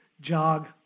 jog